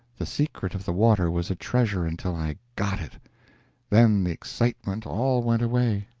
the secret of the water was a treasure until i got it then the excitement all went away,